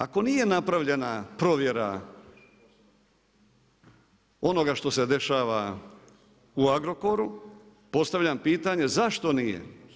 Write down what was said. Ako nije napravljena provjera onoga što se dešava u Agrokoru, postavljam pitanje zašto nije?